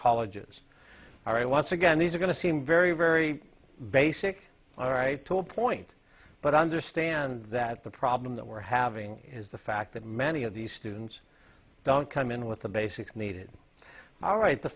colleges all right once again these are going to seem very very basic all right to a point but understand that the problem that we're having is the fact that many of these students don't come in with the basics needed all right the